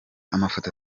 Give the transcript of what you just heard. amafoto